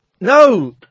No